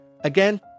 Again